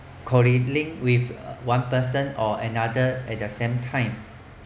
colleague linked with one person or another at the same time